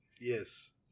Yes